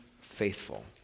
faithful